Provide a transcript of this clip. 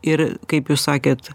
ir kaip jūs sakėt